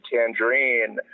Tangerine